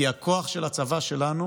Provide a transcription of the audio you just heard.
כי הכוח של הצבא שלנו